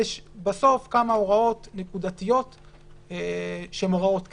יש בסוף כמה הוראות נקודתיות שהן הוראות קבע,